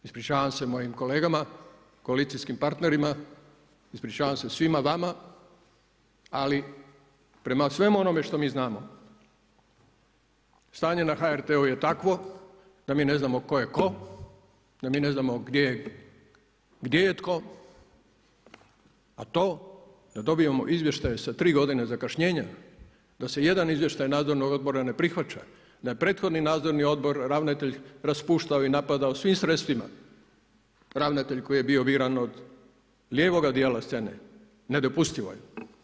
Ispričavam se mojim kolegama, koalicijskim partnerima, ispričavam se svima vama ali prema svemu onom što mi znamo stanje na HRT-u je takvo da mi ne znamo tko je tko, da mi ne znamo gdje je tko a to da dobijemo izvještaje sa 3 godine zakašnjenja, da se jedan izvještaj nadzornog odbora ne prihvaća, da je prethodni nadzorni obor, ravnatelj raspuštao i napadao svim sredstvima, ravnatelj koji je bio biran od lijevoga dijela scene, nedopustivo je.